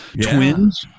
Twins